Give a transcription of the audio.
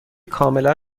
کاملا